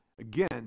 Again